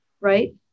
right